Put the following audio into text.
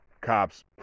cops